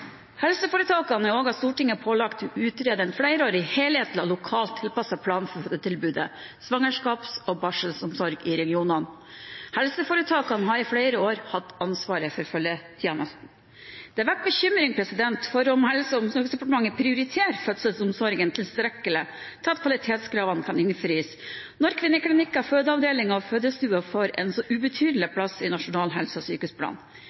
Helseforetakene er også av Stortinget pålagt å utarbeide en flerårig, helhetlig og lokalt tilpasset plan for fødetilbud og svangerskaps- og barselomsorg i regionene. Helseforetakene har i flere år hatt ansvar for følgetjenesten. Det vekker bekymring for om Helse- og omsorgsdepartementet prioriterer fødselsomsorgen tilstrekkelig til at kvalitetskravene kan innfris når kvinneklinikker, fødeavdelinger og fødestuer får en så ubetydelig plass i Nasjonal helse- og sykehusplan.